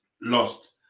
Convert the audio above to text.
lost